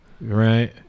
right